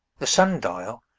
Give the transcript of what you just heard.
the sun-dial,